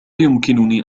يمكنني